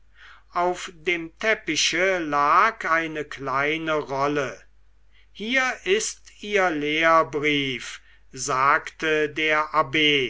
auf dem teppiche lag eine kleine rolle hier ist ihr lehrbrief sagte der abb